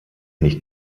nicht